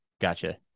Gotcha